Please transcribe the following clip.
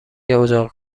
اجاق